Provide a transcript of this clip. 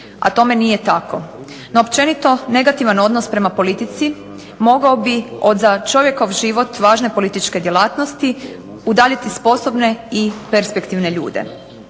a tome nije tako. No, općenito negativan odnos prema politici mogao bi od za čovjekov život važne političke djelatnosti udaljiti sposobne i perspektivne ljude.